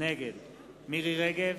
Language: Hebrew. נגד מירי רגב,